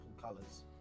colors